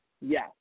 Yes